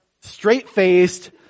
straight-faced